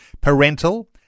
parental